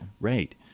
Right